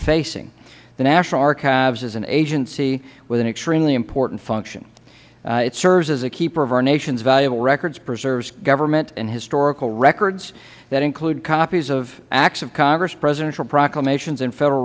facing the national archives is an agency with an extremely important function it serves as the keeper of our nation's valuable records preserves government and historical records that include copies of acts of congress presidential proclamations and federal